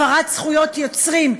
הפרת זכויות יוצרים,